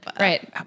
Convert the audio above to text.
Right